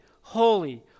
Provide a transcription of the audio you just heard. holy